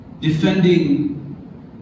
defending